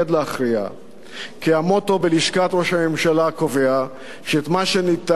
כי המוטו בלשכת ראש הממשלה קובע שאת מה שניתן לדחות למחר,